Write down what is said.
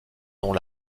dont